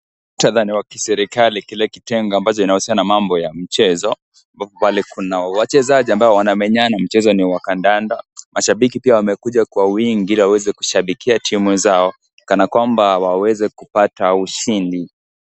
Muktadha ni wa kiserikali kile kitengo ambacho kinahusiana na mambo ya mchezo ambapo pale kuna wachezaji ambao wanamenyana. Mchezo ni wa kandanda. Mashabiki pia wamekuja kwa wingi ili waweze kushabikia timu zao kana kwamba waweze kupata ushindi.